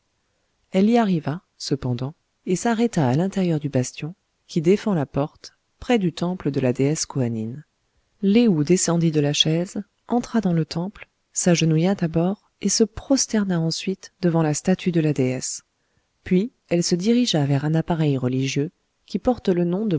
elle y arriva cependant et s'arrêta à l'intérieur du bastion qui défend la porte près du temple de la déesse koanine lé ou descendit de la chaise entra dans le temple s'agenouilla d'abord et se prosterna ensuite devant la statue de la déesse puis elle se dirigea vers un appareil religieux qui porte le nom de